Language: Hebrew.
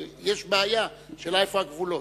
יש בעיה, השאלה איפה הגבולות.